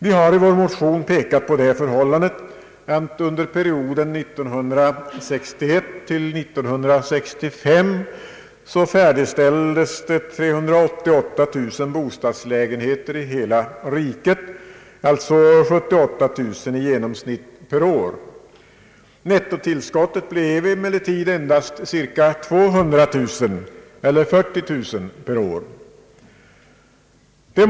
Vi har i vår motion pekat på det förhållandet att under perioden 1961—565 färdigställdes 388 000 bostadslägenheter i hela riket, 78 000 i genomsnitt per år. Nettotillskottet blev emellertid endast cirka 200 000 eller 40 000 per år.